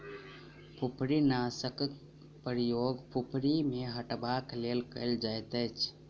फुफरीनाशकक प्रयोग फुफरी के हटयबाक लेल कयल जाइतअछि